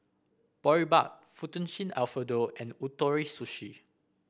Boribap Fettuccine Alfredo and Ootoro Sushi